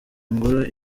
ngoro